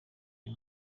uyu